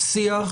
שיח